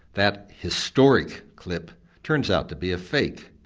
that historic clip turns out to be a fake.